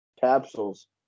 capsules